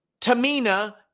Tamina